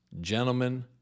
Gentlemen